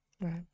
right